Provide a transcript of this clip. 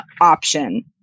option